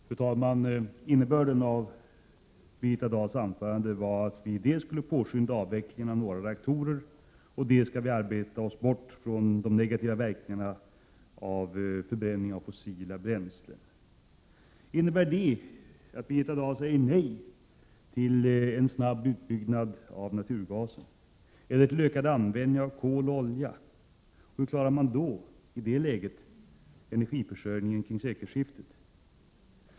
Fru talman! Innebörden i Birgitta Dahls anförande var dels att vi skulle påskynda avvecklingen av några reaktorer, dels att vi skulle arbeta oss bort från de negativa verkningarna av förbränning av fossila bränslen. Innebär det att Birgitta Dahl säger nej till en snabb utbyggnad av naturgasen eller en ökad användning av kol och olja? Hur klarar man i det läget energiförsörjningen kring sekelskiftet?